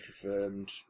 confirmed